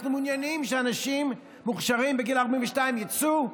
אנחנו מעוניינים שאנשים מוכשרים בגיל 42 יצאו,